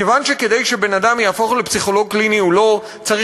כיוון שכדי שבן-אדם יהפוך לפסיכולוג קליני הוא לא צריך